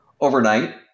Overnight